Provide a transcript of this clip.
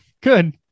good